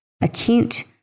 acute